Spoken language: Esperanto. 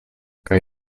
kaj